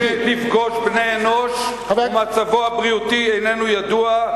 לא זוכה לפגוש בני-אנוש ומצבו הבריאותי איננו ידוע,